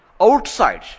outside